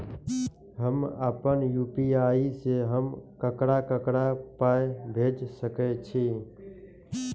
हम आपन यू.पी.आई से हम ककरा ककरा पाय भेज सकै छीयै?